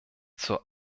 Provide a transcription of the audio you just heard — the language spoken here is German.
zur